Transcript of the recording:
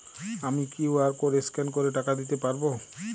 আমি QR code scan করে টাকা দিতে পারবো?